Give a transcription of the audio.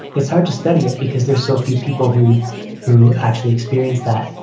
it's hard to study it because there's so few people who who actually experience that.